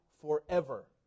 forever